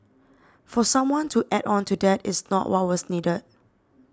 for someone to add on to that is not what was needed